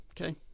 Okay